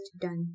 done